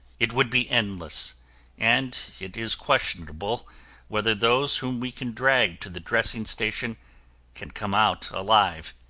it would be endless and it is questionable whether those whom we can drag to the dressing station can come out alive,